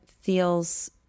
feels